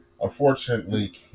unfortunately